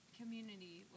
community